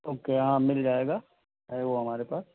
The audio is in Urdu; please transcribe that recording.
اوکے ہاں مِل جائے گا ہے وہ ہمارے پاس